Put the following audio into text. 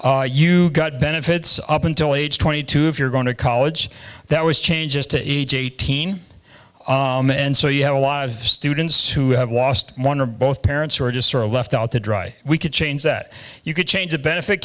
died you got benefits up until age twenty two if you're going to college that was changes to each eighteen and so you have a lot of students who have lost one or both parents who are just sort of left out to dry we could change that you could change a benefit